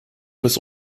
bis